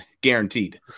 guaranteed